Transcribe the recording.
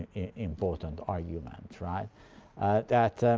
important argument. right? that